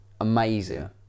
amazing